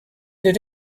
did